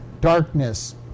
Darkness